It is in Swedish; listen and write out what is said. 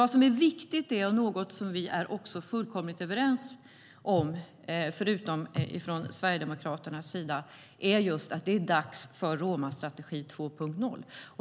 Vad som är viktigt, och något som vi är fullkomligt överens om förutom från Sverigedemokraternas sida, är att det är dags för Romastrategi 2.0.